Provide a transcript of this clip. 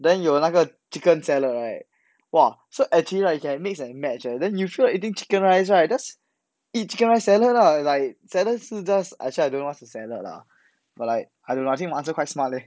then 有那个 chicken salad right !wah! so actually right you can mix and match leh then you sure eating chicken rice right that's eat chicken rice salad lah like salad 是 just actually I don't know what is a salad lah but like I don't know I think my answer quite smart leh